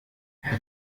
herr